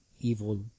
evil